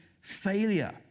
failure